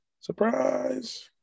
surprise